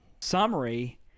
summary